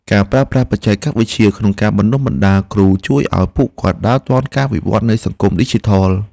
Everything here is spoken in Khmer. ការប្រើប្រាស់បច្ចេកវិទ្យាក្នុងការបណ្តុះបណ្តាលគ្រូជួយឱ្យពួកគាត់ដើរទាន់ការវិវត្តនៃសង្គមឌីជីថល។